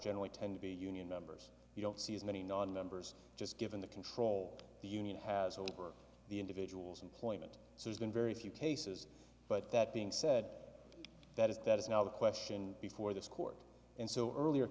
generally tend to be union members you don't see as many nonmembers just given the control the union has over the individuals employment so it's been very few cases but that being said that is that is now the question before this court and so earlier